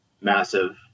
massive